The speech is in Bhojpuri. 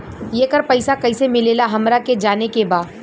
येकर पैसा कैसे मिलेला हमरा के जाने के बा?